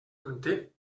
manté